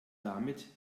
damit